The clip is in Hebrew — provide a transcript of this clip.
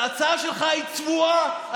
ההצעה שלך היא צבועה,